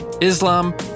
Islam